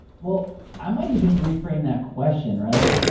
well, i might even reframe that question, right?